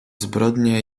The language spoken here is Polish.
zbrodnię